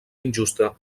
injusta